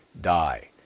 die